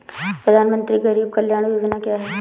प्रधानमंत्री गरीब कल्याण योजना क्या है?